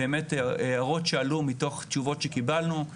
הערות שעלו מתוך תשובות שקיבלנו,